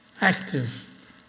active